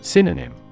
Synonym